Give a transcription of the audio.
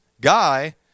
guy